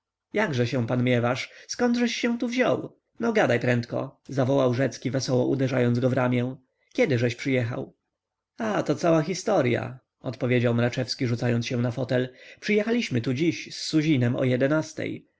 jakże się pan miewasz zkądeś się tu wziął no gadaj prędko zawołał rzecki wesoło uderzając go w ramię kiedyżeś przyjechał a to cała historya odpowiedział mraczewski rzucając się na fotel przyjechaliśmy tu dziś z suzinem o jedenastej